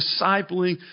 discipling